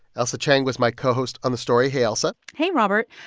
ailsa chang was my cohost on the story. hey, ailsa hey, robert.